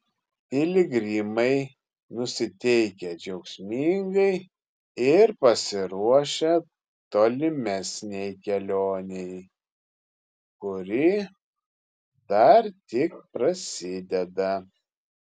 piligrimai nusiteikę džiaugsmingai ir pasiruošę tolimesnei kelionei kuri dar tik prasideda